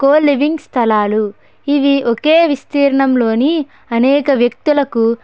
coliving స్థలాలు ఇవి ఒకే విస్తీర్ణంలోని అనేక వ్యక్తులకు